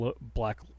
black